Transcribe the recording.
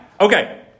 Okay